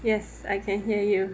yes I can hear you